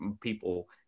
people